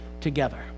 together